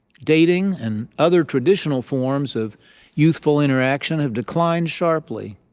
dating and other traditional forms of youthful interaction have declined sharply.